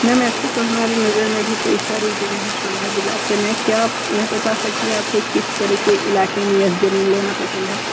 ma'am ऐसी तो हमारी नज़र में भी कई सारी जगह हैं सोनभद्र इलाक़े में क्या आप यह बता सकती है आप को किस तरह के इलाक़े में यह ज़मीन लेना पसंद है